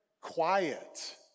quiet